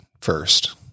first